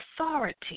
authority